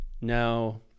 now